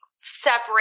separate